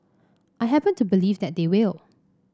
I happen to believe that they will